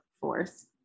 force